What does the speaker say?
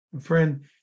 Friend